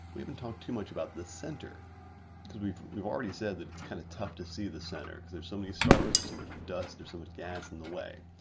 we haven't talked too much about the center because we've we've already said that it's kind of tough to see the center because there's so many stars or so much dust there's so much gas in the way.